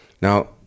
now